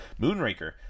Moonraker